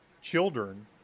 children